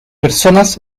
personas